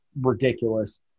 ridiculous